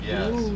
Yes